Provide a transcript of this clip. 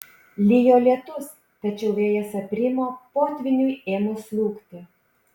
lijo lietus tačiau vėjas aprimo potvyniui ėmus slūgti